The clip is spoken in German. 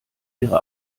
ihre